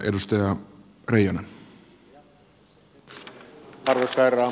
arvoisa herra puhemies